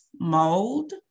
mold